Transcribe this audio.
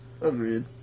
Agreed